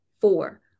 Four